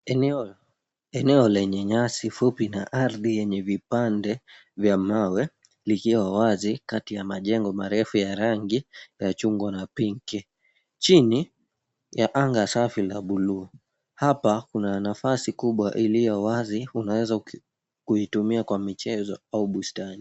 Eneo eneo lenye nyasi fupi na ardhi yenye vipande vya mawe, likiwa wazi kati ya majengo marefu ya rangi ya chungwa na pinki, chini ya anga safi la buluu. Hapa kuna nafasi kubwa iliyo wazi unaweza kuitumia kwa michezo au bustani.